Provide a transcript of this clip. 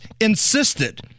insisted